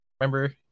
remember